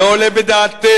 לא עולה בדעתנו,